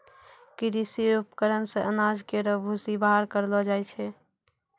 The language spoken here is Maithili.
कृषि उपकरण से अनाज केरो भूसी बाहर करलो जाय छै